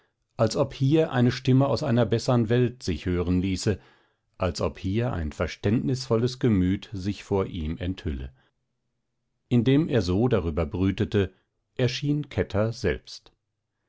als ob hier eine stimme aus einer besseren welt sich hören ließe als ob hier ein verständnisvolles gemüt sich vor ihm enthülle indem er so darüber brütete erschien kätter selbst